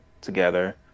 together